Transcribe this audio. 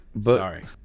Sorry